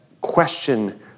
question